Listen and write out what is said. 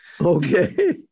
Okay